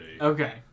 Okay